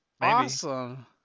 awesome